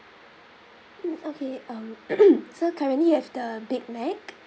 mm okay uh so currently you have the big mac